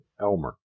Elmer